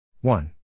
one